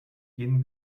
jeden